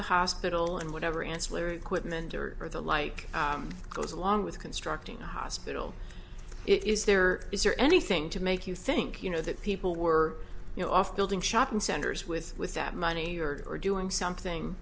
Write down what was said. the hospital and whatever ancillary equipment there or the like goes along with constructing a hospital is there is there anything to make you think you know that people were you know off building shopping centers with with that money or are doing something